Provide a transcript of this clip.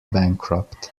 bankrupt